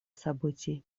событий